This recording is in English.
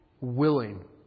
willing